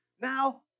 Now